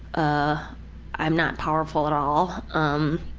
ah i'm not powerful at all. um,